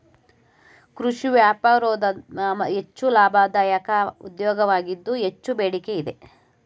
ಕೃಷಿ ವ್ಯಾಪಾರೋದ್ಯಮ ಹೆಚ್ಚು ಲಾಭದಾಯಕ ಉದ್ಯೋಗವಾಗಿದ್ದು ಹೆಚ್ಚು ಬೇಡಿಕೆ ಇದೆ